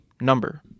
number